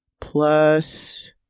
plus